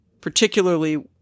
particularly